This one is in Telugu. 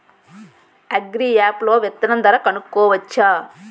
అగ్రియాప్ లో విత్తనం ధర కనుకోవచ్చా?